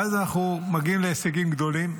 מאז אנחנו מגיעים להישגים גדולים,